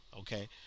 Okay